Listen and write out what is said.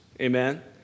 Amen